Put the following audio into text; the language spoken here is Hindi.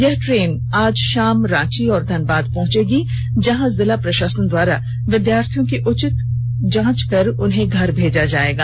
यह ट्रेन आज शाम रांची और धनबाद पहंचेगी जहां जिला प्रषासन द्वारा विद्यार्थियों की उचित जांच कर उन्हें घर भेजा जायेगा